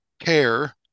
care